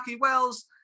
Wells